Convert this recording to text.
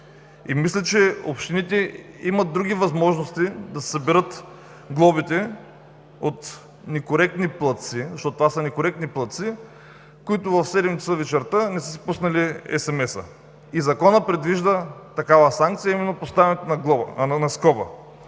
и мисля, че общините имат други възможности да си съберат глобите от некоректни платци, защото това са некоректни платци, които в 19,00 ч. не са си пуснали SMS-а. И законът предвижда такава санкция, а именно поставянето на скоба.